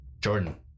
Jordan